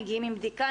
מגיעים עם בדיקה,